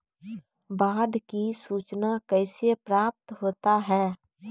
बाढ की सुचना कैसे प्राप्त होता हैं?